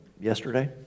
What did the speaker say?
yesterday